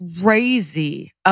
Crazy